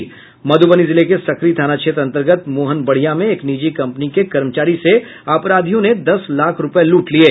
मधुबनी जिले के सकरी थाना क्षेत्र अन्तर्गत मोहनबढ़िया में एक निजी कम्पनी के कर्मचारी से अपराधियों ने दस लाख रूपये लूट लिये